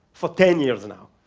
for ten years now.